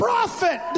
prophet